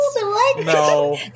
No